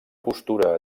postura